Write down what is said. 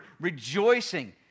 rejoicing